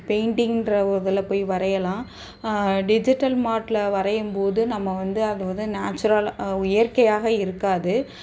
பெயிண்டிங்ன்ற ஒரு இதில் போய் வரையலாம் டிஜிட்டல் மார்ட்டில் வரையும் போது நம்ம வந்து அதை வந்து நேச்சுரலாக இயற்கையாக இருக்காது